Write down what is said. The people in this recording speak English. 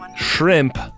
Shrimp